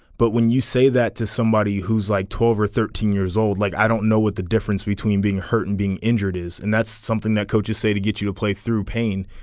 but when you say that to somebody who's like twelve or thirteen years old. like i don't know what the difference between being hurt and being injured is. and that's something that coaches say to get you to play through pain.